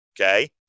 Okay